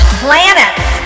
planets